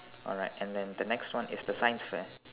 alright and then the next one is the science fair